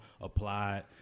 Applied